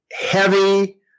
heavy